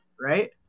right